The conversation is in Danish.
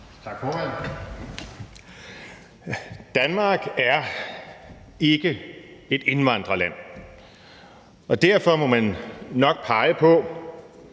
Tak, formand. Danmark er ikke et indvandrerland, og derfor må man nok pege på